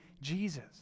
Jesus